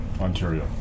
Ontario